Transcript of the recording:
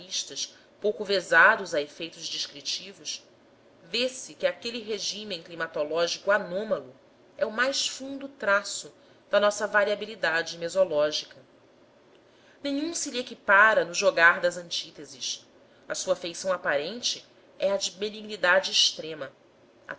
naturalistas pouco vezados a efeitos descritivos vê-se que aquele regime climatológico anômalo é o mais fundo traço da nossa variabilidade mesológica nenhum se lhe equipara no jogar das antíteses a sua feição aparente é a de benignidade extrema